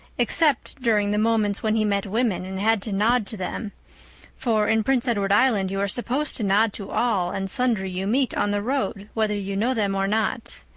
except during the moments when he met women and had to nod to them for in prince edward island you are supposed to nod to all and sundry you meet on the road whether you know them or not.